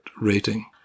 rating